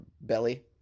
belly